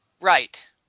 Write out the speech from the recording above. Right